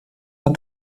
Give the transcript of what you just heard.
but